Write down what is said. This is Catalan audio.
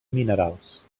minerals